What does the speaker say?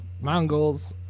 Mongols